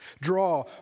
Draw